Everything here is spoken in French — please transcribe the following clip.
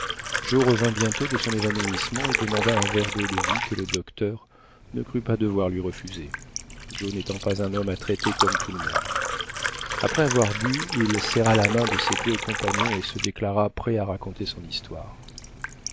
joe revint bientôt de son évanouissement et demanda un verre d'eau-de-vie que le docteur ne crut pas devoir lui refuser joe n'étant pas un homme à traiter comme tout le monde après avoir bu il serra la main de ses deux compagnons et se déclara prêt à raconter son histoire